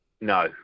no